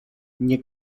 nie